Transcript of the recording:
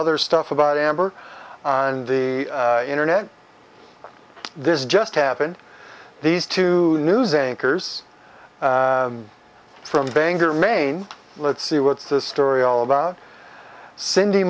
other stuff about amber on the internet this just happened these two news anchors from bangor maine let's see what's this story all about cindy